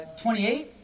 28